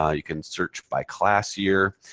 ah you can search by class year.